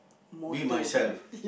be myself